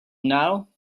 now